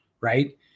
right